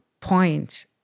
point